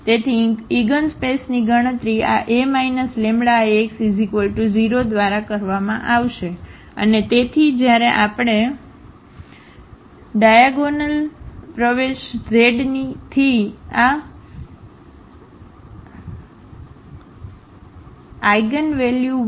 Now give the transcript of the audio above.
તેથી ઇગનસ્પેસની ગણતરી આ A λIx0 દ્વારા કરવામાં આવશે અને તેથી જ્યારે આપણે ડાયાગોનલપ્રવેશઝથી આ eigenvalue 1